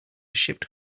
ship